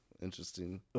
interesting